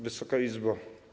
Wysoka Izbo!